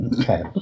Okay